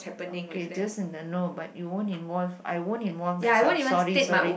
okay just in the know but you won't involve I won't involve myself sorry sorry